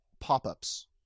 pop-ups